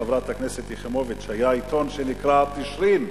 חברת הכנסת יחימוביץ היה עיתון שנקרא "תשרין",